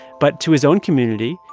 but to his own community,